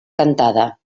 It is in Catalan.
cantada